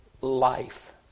life